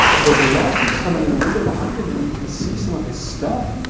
there's light coming in the window behind him and you can see some of his stuff.